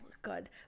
Good